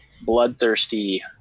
bloodthirsty